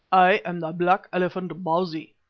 i am the black elephant bausi,